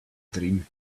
dream